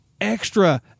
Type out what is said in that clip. extra